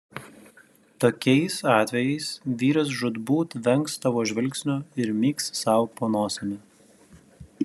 tokiais atvejais vyras žūtbūt vengs tavo žvilgsnio ir myks sau po nosimi